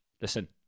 Listen